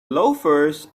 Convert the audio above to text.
loafers